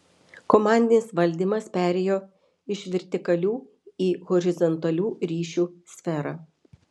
komandinis valdymas perėjo iš vertikalių į horizontalių ryšių sferą